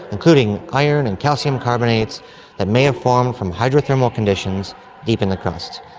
including iron and calcium carbonates that may have formed from hydrothermal conditions deep in the crust.